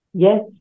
Yes